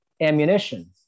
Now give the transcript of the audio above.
ammunition